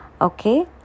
Okay